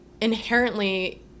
inherently